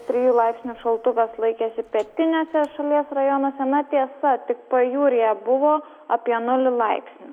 trijų laipsnių šaltukas laikėsi pietinėse šalies rajonuose na tiesa tik pajūryje buvo apie nulį laipsnių